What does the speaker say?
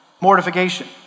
mortification